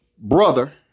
brother